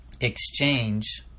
exchange